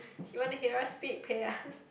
he want to hear us speak pay us